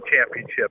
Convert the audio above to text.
championship